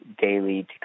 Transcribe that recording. daily